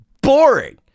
boring